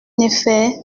effet